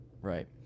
Right